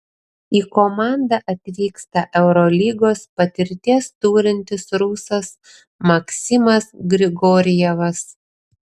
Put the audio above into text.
į komandą atvyksta eurolygos patirties turintis rusas maksimas grigorjevas